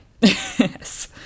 yes